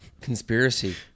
Conspiracy